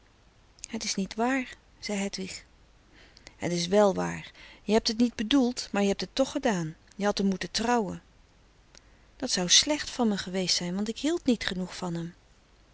het is niet waar zei hedwig het is wèl waar je hebt et niet bedoeld maar je hebt et toch gedaan je hadt em moeten trouwen dat zou slecht van me geweest zijn want ik hield niet genoeg van hem